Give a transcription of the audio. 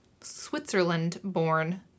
Switzerland-born